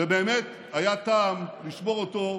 ובאמת היה טעם לשמור אותו מדוד,